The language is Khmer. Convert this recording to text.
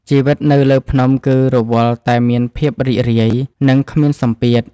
ជីវិតនៅលើភ្នំគឺរវល់តែមានភាពរីករាយ និងគ្មានសម្ពាធ។